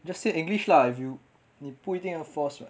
just say english lah if you 你不一定要 force [what]